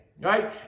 right